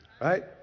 right